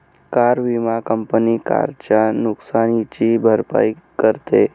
car विमा company कारच्या नुकसानीची भरपाई करते